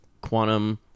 Quantum